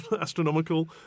astronomical